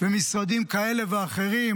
ומשרדים כאלה ואחרים,